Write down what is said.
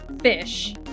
fish